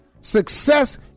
success